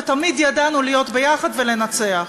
ותמיד ידענו להיות ביחד ולנצח,